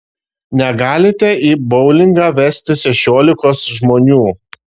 negalite į boulingą vestis šešiolikos žmonių